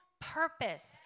purpose